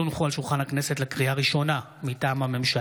הצעת חוק הרשות הארצית לכבאות והצלה